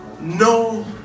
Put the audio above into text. no